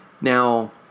Now